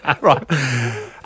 Right